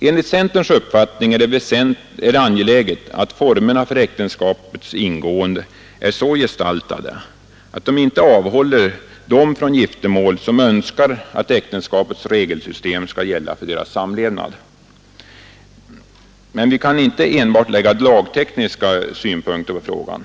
Enligt centerns uppfattning är det angeläget att formerna för äktenskaps ingående är så gestaltade att de inte avhåller dem från giftermål som önskar att äktenskapets regelsystem skall gälla för deras samlevnad. Men vi kan inte enbart lägga lagtekniska synpunkter på frågan.